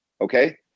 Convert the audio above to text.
okay